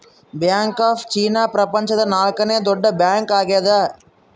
bank of China ಪ್ರಪಂಚದ ನಾಲ್ಕನೆ ದೊಡ್ಡ ಬ್ಯಾಂಕ್ ಆಗ್ಯದ